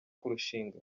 kurushinga